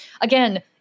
Again